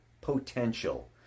potential